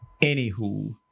Anywho